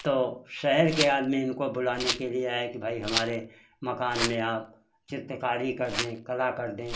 तो शहर के आदमी उनको बुलाने के लिए आए कि भाई हमारे मकान में आप चित्रकारी कर दें कला कर दें